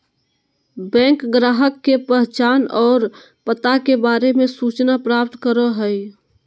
bank ग्राहक के पहचान और पता के बारे में सूचना प्राप्त करो हइ